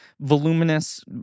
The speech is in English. voluminous